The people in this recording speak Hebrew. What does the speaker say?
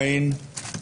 אין.